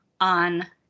on